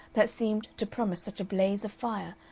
that seemed to promise such a blaze of fire,